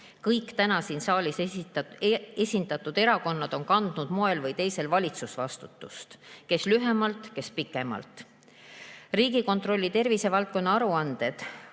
Kõik täna siin saalis esindatud erakonnad on kandnud moel või teisel valitsusvastutust, kes lühemalt, kes pikemalt. Riigikontrolli tervisevaldkonna aruanded